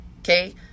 Okay